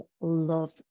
love